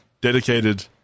dedicated